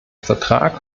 vertrag